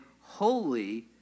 holy